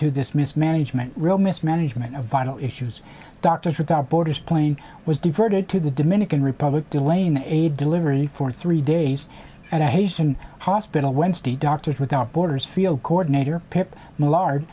this mismanagement real mismanagement of vital issues doctors without borders plane was diverted to the dominican republic delaying aid delivery for three days at a haitian hospital wednesday doctors without borders field coordinator p